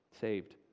saved